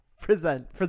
Present